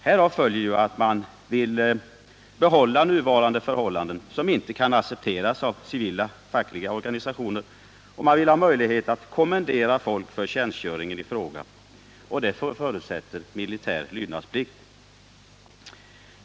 Härav följer att man vill behålla nuvarande förhållanden, som inte kan accepteras av civila fackliga organisationer, och man vill ha möjlighet att kommendera folk till tjänstgöringen i fråga, vilket förutsätter militär lydnadsplikt.